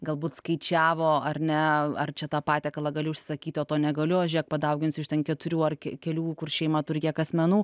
galbūt skaičiavo ar ne ar čia tą patiekalą galiu užsisakyti o to negaliu žiūrėk padauginsiu iš ten keturių ar kelių kur šeima turi tiek asmenų